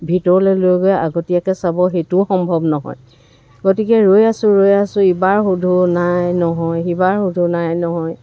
ভিতৰলৈ লৈ গৈ আগতীয়াককৈ চাব সেইটোও সম্ভৱ নহয় গতিকে ৰৈ আছোঁ ৰৈ আছোঁ ইবাৰ সুধোঁ নাই নহয় সিবাৰ সুধোঁ নাই নহয়